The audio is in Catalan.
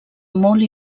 molt